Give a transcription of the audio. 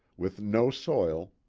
with no soil,